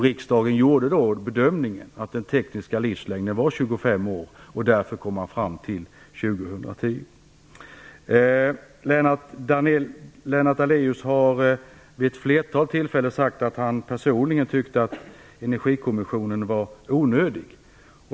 Riksdagen gjorde då den bedömningen att den tekniska livslängden var 25 år och kom därför fram till år 2010. Lennart Daléus har vid ett flertal tillfällen sagt att han personligen tyckt att Energikommissionen var onödig.